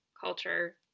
culture